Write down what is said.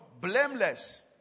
blameless